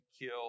kill